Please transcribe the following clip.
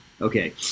Okay